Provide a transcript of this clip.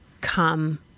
come